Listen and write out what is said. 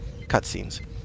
cutscenes